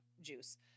juice